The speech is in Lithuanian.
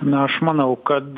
na aš manau kad